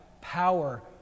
power